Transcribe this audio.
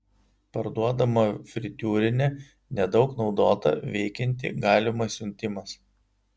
parduodama fritiūrinė nedaug naudota veikianti galimas siuntimas